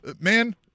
man